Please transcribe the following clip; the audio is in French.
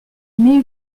mais